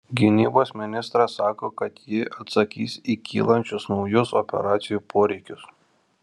gynybos ministras sako kad ji atsakys į kylančius naujus operacijų poreikius